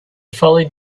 followed